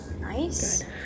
Nice